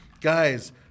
Guys